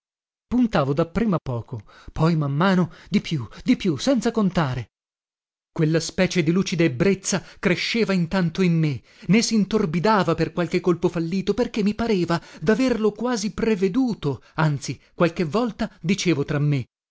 vincevo puntavo dapprima poco poi man mano di più di più senza contare quella specie di lucida ebbrezza cresceva intanto in me né sintorbidava per qualche colpo fallito perché mi pareva daverlo quasi preveduto anzi qualche volta dicevo tra me